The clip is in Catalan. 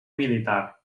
militar